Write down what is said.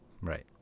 right